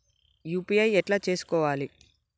UPI ఎట్లా చేసుకోవాలి?